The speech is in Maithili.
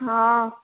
हँ